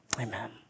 Amen